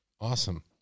Awesome